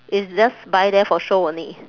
it's just buy there for show only